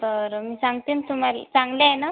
बरं मी सांगते ना तुम्हाला चांगले आहे ना